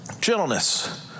gentleness